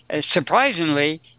surprisingly